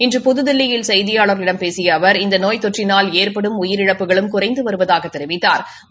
இன்று புதுதில்லியில் செய்தியாளர்களிடம் பேசிய அவர் இந்த நோய் தொற்றினால் ஏற்படும் உயிரிழப்புகளும் குறைந்து வருவதாகத் தெரிவித்தாா்